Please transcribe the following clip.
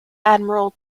admiral